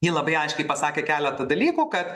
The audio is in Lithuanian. ji labai aiškiai pasakė keletą dalykų kad